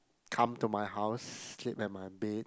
come to my house sleep at my bed